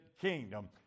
kingdom